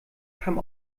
kam